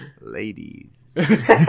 Ladies